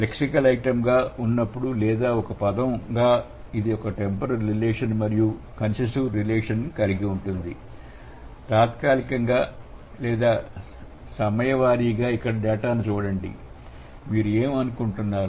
lexical item గా ఉన్నప్పుడు లేదా ఒక పదంగా ఇది టెంపోరల్ రిలేషన్ మరియు కనసిశివ్ రిలేషన్ కలిగి ఉంటుంది తాత్కాలికంగా లేదా సమయవారీగా ఇక్కడ డేటాను చూడండి మీరు ఏమి అనుకుంటున్నారు